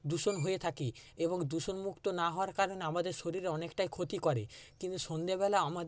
দূষণ হয়ে থাকে এবং দূষণমুক্ত না হওয়ার কারণে আমাদের শরীরে অনেকটাই ক্ষতি করে কিন্তু সন্ধেবেলা আমাদের